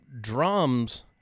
drums